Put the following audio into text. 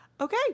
Okay